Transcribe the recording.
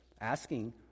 asking